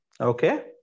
okay